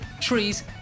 trees